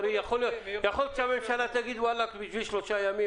יכול להיות שהממשלה תגיד: בשביל שלושה ימים,